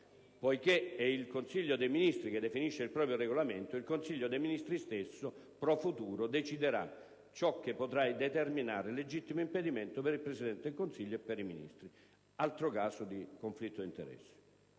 poiché è il Consiglio dei ministri che definisce il proprio regolamento, il Consiglio dei ministri stesso - *pro futuro* - deciderà ciò che potrà determinare legittimo impedimento per il Presidente del Consiglio e per i Ministri: altro caso di conflitto di interessi.